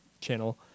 channel